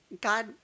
God